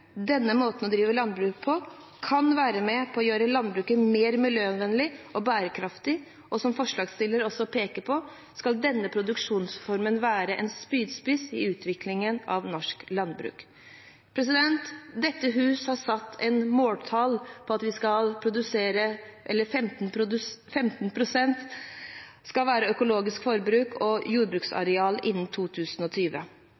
Denne måten å drive landbruk på kan være med på å gjøre landbruket mer miljøvennlig og bærekraftig, og som forslagsstilleren også peker på, skal denne produksjonsformen være en spydspiss i utviklingen av norsk landbruk. Dette hus har satt et måltall om at vi skal ha 15 pst. økologisk forbruk og